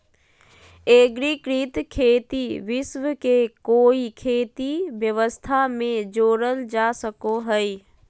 एग्रिकृत खेती विश्व के कोई खेती व्यवस्था में जोड़ल जा सको हइ